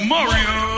Mario